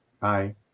Bye